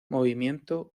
movimiento